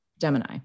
Gemini